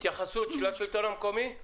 התייחסות של השלטון המקומי,